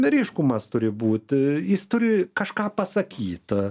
ryškumas turi būt jis turi kažką pasakyt